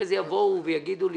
אחרי זה יבואו ויגידו לי.